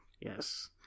yes